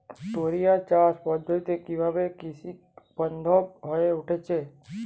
টোরিয়া চাষ পদ্ধতি কিভাবে কৃষকবান্ধব হয়ে উঠেছে?